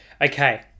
Okay